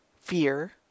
fear